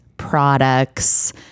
products